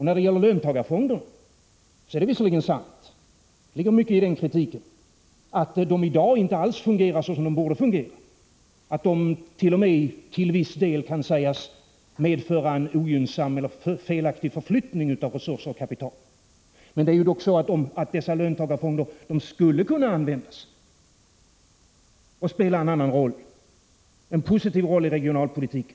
När det gäller löntagarfonderna är det visserligen sant — det ligger mycket i den kritiken — att de i dag inte alls fungerar så som de borde fungera. De kan t.o.m. till viss del sägas medföra en ogynnsam eller felaktig förflyttning av | resurser och kapital. Men det är dock så att dessa löntagarfonder skulle kunna användas på ett annat sätt och spela en annan roll, en positiv roll i regionalpolitiken.